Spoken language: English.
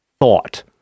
thought